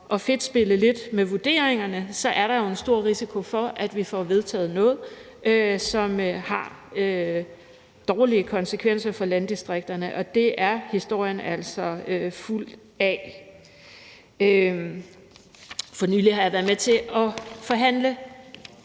og fedtspille lidt med vurderingerne er der jo en stor risiko for, at vi får vedtaget noget, som har dårlige konsekvenser for landdistrikterne, og det er historien altså fuld af. For nylig har jeg været med til at forhandle